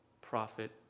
profit